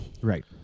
Right